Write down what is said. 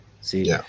see